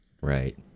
right